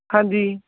ਹਾਂਜੀ